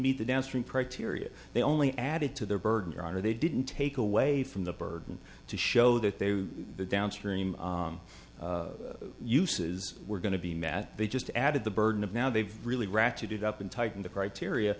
meet the downstream property area they only added to their burden your honor they didn't take away from the burden to show that they were the downstream uses we're going to be mad they just added the burden of now they've really ratcheted up and tightened the criteria